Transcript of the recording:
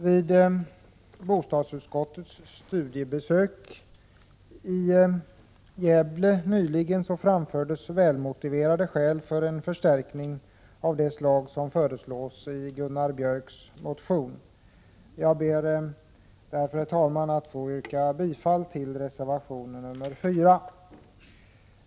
Vid bostadsutskottets studiebesök i Gävle nyligen framfördes välmotiverade skäl för en förstärkning av det anslag som föreslås i Gunnar Björks motion. Jag ber därför, herr talman, att få yrka bifall till reservation nr 4.